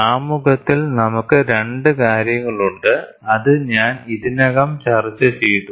ആമുഖത്തിൽ നമുക്ക് 2 കാര്യങ്ങളുണ്ട് അത് ഞാൻ ഇതിനകം ചർച്ചചെയ്തു